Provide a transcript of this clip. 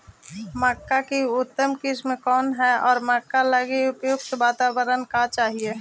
मक्का की उतम किस्म कौन है और मक्का लागि उपयुक्त बाताबरण का चाही?